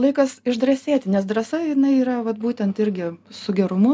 laikas išdrąsėti nes drąsa jinai yra vat būtent irgi su gerumu